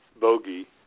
bogey